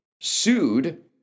sued